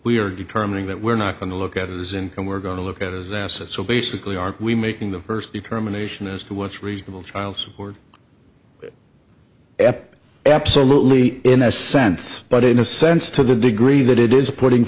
we are determining that we're not going to look at is and we're going to look at is that so basically are we making the first determination as to what's reasonable child support ep absolutely in a sense but in a sense to the degree that it is putting